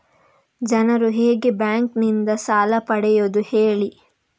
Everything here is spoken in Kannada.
ಜನರು ಹೇಗೆ ಬ್ಯಾಂಕ್ ನಿಂದ ಸಾಲ ಪಡೆಯೋದು ಹೇಳಿ